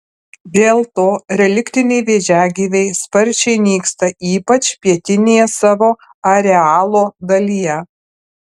dėl to reliktiniai vėžiagyviai sparčiai nyksta ypač pietinėje savo arealo dalyje